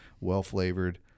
well-flavored